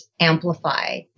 amplify